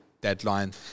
deadline